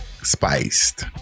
spiced